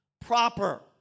proper